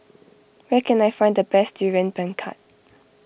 where can I find the best Durian Pengat